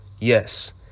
Yes